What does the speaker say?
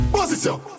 Position